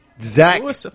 Zach